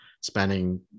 spanning